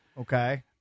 okay